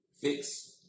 fix